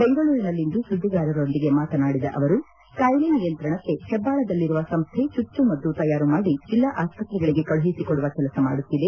ಬೆಂಗಳೂರಿನಲ್ಲಿಂದು ಸುದ್ದಿಗಾರರೊಂದಿಗೆ ಮಾತನಾಡಿದ ಅವರು ಕಾಯಿಲೆ ನಿಯಂತ್ರಣಕ್ಕೆ ಹೆಬ್ಬಾಳದಲ್ಲಿರುವ ಸಂಸ್ವೆ ಚುಚ್ಚುಮದ್ದು ತಯಾರು ಮಾಡಿ ಜಿಲ್ಲಾ ಆಸ್ವತ್ರೆಗಳಿಗೆ ಕಳುಹಿಸಿ ಕೊಡುವ ಕೆಲಸ ಮಾಡುತ್ತಿದೆ